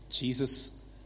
Jesus